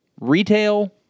retail